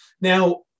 Now